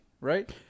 right